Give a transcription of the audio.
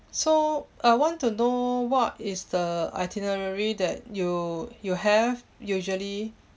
so I want to know what is the itinerary that you you have usually